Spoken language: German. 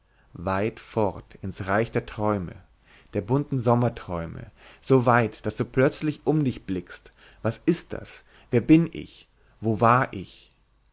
weit fort ins reich der träume der bunten sommerträume so weit daß du plötzlich um dich blickst was ist das wer bin ich wo war ich